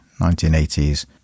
1980s